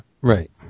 Right